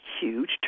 huge